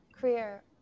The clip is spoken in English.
career